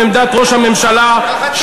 שעמדתם לא התיישרה עם עמדת ראש הממשלה שרון.